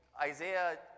isaiah